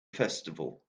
festival